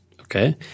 Okay